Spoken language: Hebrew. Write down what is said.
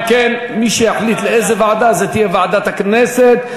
אם כן, מי שיחליט לאיזו ועדה, זו תהיה ועדת הכנסת.